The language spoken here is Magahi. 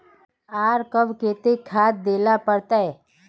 आर कब केते खाद दे ला पड़तऐ?